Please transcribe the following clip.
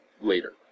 later